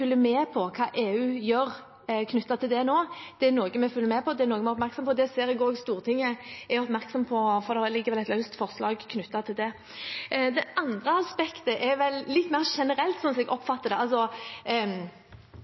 med på hva EU gjør knyttet til det nå. Det er noe vi følger med på, det er noe vi er oppmerksom på. Det ser vi også at Stortinget er oppmerksom på, for det ligger et såkalt løst forslag knyttet til det. Det andre aspektet er vel litt mer generelt, slik jeg